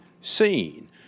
seen